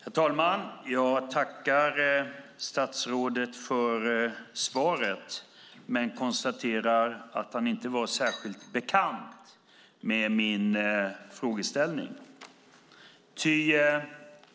Herr talman! Jag tackar statsrådet för svaret men konstaterar att han inte är särskilt bekant med min frågeställning.